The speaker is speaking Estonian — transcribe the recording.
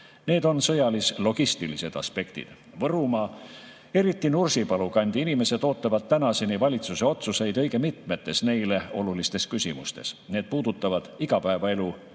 Need on sõjalis-logistilised aspektid. Võrumaa, eriti Nursipalu kandi inimesed, ootavad tänaseni valitsuse otsuseid õige mitmetes neile olulistes küsimustes. Need puudutavad igapäevaelu